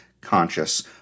conscious